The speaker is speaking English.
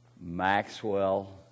Maxwell